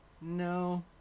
no